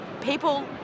people